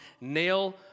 nail